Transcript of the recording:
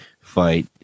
fight